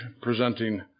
presenting